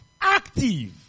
Active